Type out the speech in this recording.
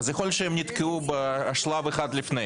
אז יכול להיות שהם נתקעו בשלב אחד לפני.